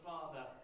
Father